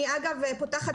אני אגב פותחת